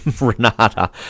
Renata